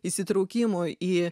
įsitraukimo į